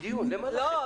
תמר, לא.